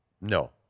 No